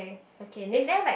okay next